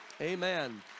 Amen